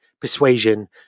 persuasion